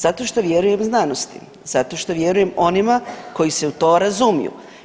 Zato što vjerujem znanosti zato što vjerujem onima koji se u to razumiju.